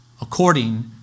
according